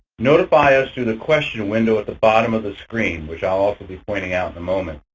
notify us through the question window at the bottom of the screen, which i'll also be pointing out in a moment.